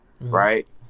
right